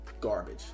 Garbage